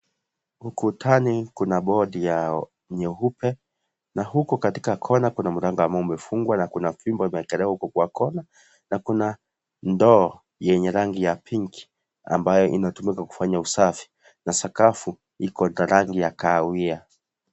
Ukutani kuna bodi ya nyeupe, na huko katika kona kuna mlango ambao umefungwa na kuna fimbo imewekelewa huko kwa kona. Na kuna ndoo yenye rangi ya pinki, ambayo inatumika kufanya usafi na sakafu iko na rangi ya kahawia.